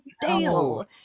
Dale